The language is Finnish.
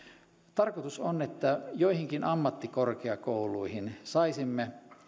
tarkoitus on että joihinkin ammattikorkeakouluihin saisimme